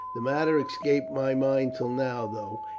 the matter escaped my mind till now, though,